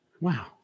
Wow